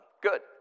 Good